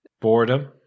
Boredom